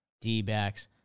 D-backs